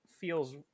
feels